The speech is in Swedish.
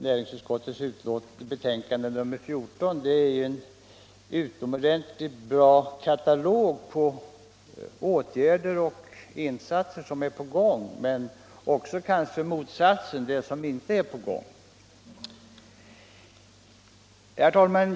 Näringsutskottets betänkande nr 14 är dessutom en utomordentligt bra katalog över åtgärder och insatser som är på gång, men kanske också över motsatsen, dvs. sådant som inte är på gång. Herr talman!